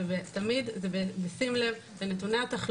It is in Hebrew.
זה תמיד בשים לב לנתוני התחלואה ולמה שהמצב מאפשר.